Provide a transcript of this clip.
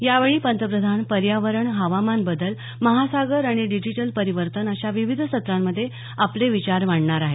यावेळी पंतप्रधान पर्यावरण हवामान बदल महासागर आणि डिजिटल परिवर्तन अशा विविध सत्रांमधे आपले विचार मांडणार आहेत